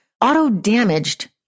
auto-damaged